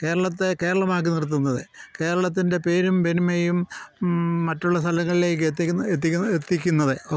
കേരളത്തെ കേരളമാക്കി നിർത്തുന്നത് കേരളത്തിൻ്റെ പേരും പെരുമയും മറ്റുള്ള സ്ഥലങ്ങളിലെക്കെത്തിക്കുന്ന എത്തിക്കുന്ന എത്തിക്കുന്നത്